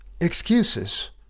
excuses